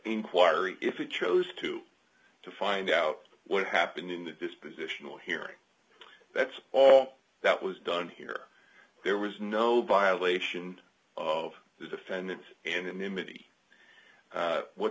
inquiry if you chose to to find out what happened in the dispositional hearing that's all that was done here there was no violation of the defendant's anonymity what